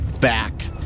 back